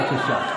בבקשה.